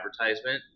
advertisement